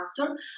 answer